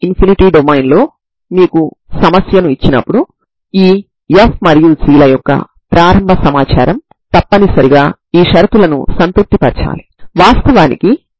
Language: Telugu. మొదటి సమీకరణాన్ని తీసుకొని మీరు c1 ని పొందవచ్చు సరేనా